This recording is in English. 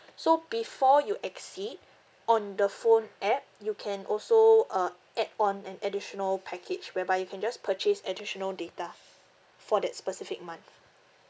so before you exceed on the phone app you can also uh add on an additional package whereby you can just purchase additional data for that specific month